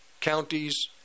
counties